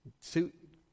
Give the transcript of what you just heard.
suit